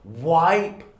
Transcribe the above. Wipe